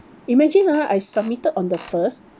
imagine ah I submitted on the first